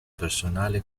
personale